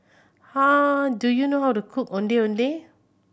do you know how to cook Ondeh Ondeh